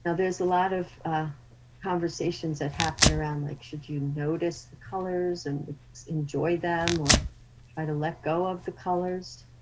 ah there's a lot of conversations that happen around like should you notice the colors and just enjoy them, or try to let go of the colors.